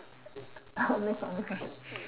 ah this on me